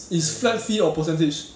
is flat fee or percentage